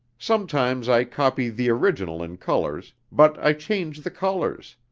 sometimes i copy the original in colors, but i change the colors.